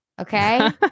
Okay